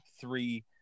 three